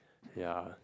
yeah